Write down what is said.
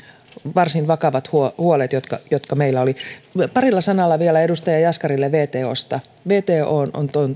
varsin vakavat huolet huolet jotka jotka meillä olivat parilla sanalla vielä edustaja jaskarille wtosta wto on